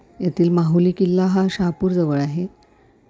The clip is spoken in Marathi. यातील माहुली किल्ला हा शहापूर जवळ आहे